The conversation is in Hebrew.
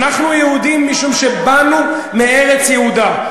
אנחנו יהודים משום שבאנו מארץ יהודה.